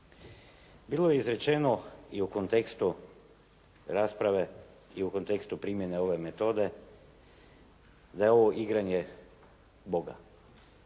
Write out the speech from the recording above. Bilo je izrečeno i u kontekstu rasprave i u kontekstu primjene ove metode da je ovo igranje Boga.